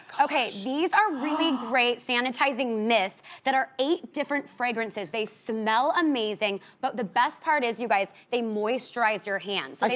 okay. these are really great sanitizing mist that are eight different fragrances. they smell amazing but the best part is you guys, they moisturize your hands. i mean